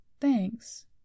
Thanks